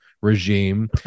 regime